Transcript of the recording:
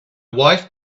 wife